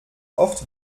oft